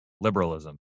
liberalism